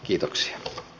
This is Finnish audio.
kiitoksia